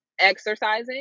exercising